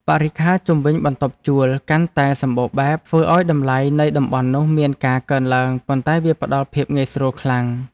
បរិក្ខារជុំវិញបន្ទប់ជួលកាន់តែសម្បូរបែបធ្វើឱ្យតម្លៃនៃតំបន់នោះមានការកើនឡើងប៉ុន្តែវាផ្តល់ភាពងាយស្រួលខ្លាំង។